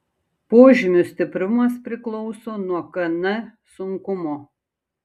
požymių stiprumas priklauso nuo kn sunkumo